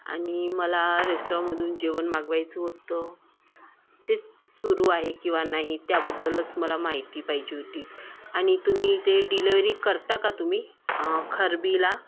आणि मला रेस्टॉरंमधून जेवण मागवायचं होतं तेच सुरू आहे किंवा नाही त्याबद्दलच मला माहिती पाहिजे होती आणि तुम्ही ते डिलेवरी करता का तुम्ही खरबीला